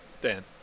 Dan